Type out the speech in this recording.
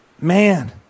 Man